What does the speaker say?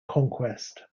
conquest